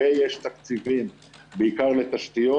ויש תקציבים בעיקר לתשתיות.